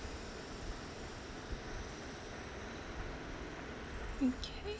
okay